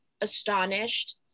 astonished